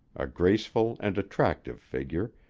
a graceful and attractive figure,